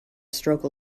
stroke